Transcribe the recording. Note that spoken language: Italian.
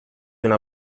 una